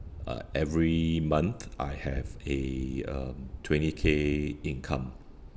uh every month I have a um twenty K income